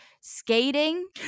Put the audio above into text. skating